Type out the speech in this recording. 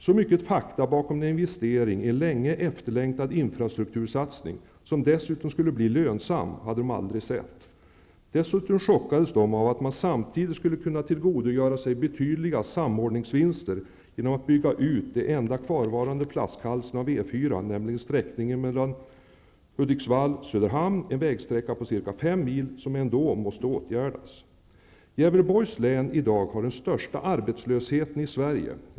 Så mycket fakta bakom en investering i en länge efterlängad infrastruktursatsning -- som dessutom skulle bli lönsam -- hade de aldrig sett. Dessutom chockades de av att man samtidigt skulle kunna tillgodogöra sig betydande samordningsvinster genom att bygga ut den enda kvarvarande flaskhalsen av E 4, nämligen sträckningen mellan mil, som ändå måste åtgärdas. Gävleborgs län har i dag den största arbetslösheten i Sverige.